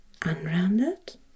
unrounded